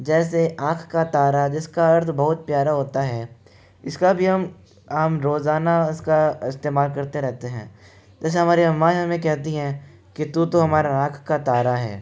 जैसे आँख का तारा जिसका अर्थ बहुत प्यारा होता है इसका भी हम हम रोज़ाना इसका इस्तेमाल करते रहते हैं जैसे हमारे माएँ हमें कहती हैं कि तू तो हमारा आँख का तारा है